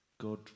God